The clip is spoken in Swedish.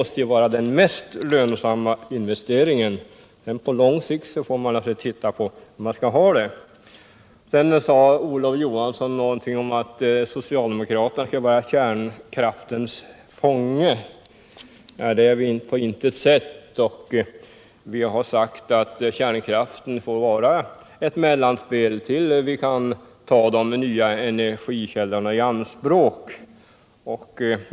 Sedan får man avgöra hur man vill ha det på lång sikt. Sedan sade Olof Johansson någonting om att socialdemokraterna är kärnkraftens fånge. Det är vi inte. Vi har sagt att kärnkraften får vara ett mellanspel tills vi kan ta i anspråk nya energikällor.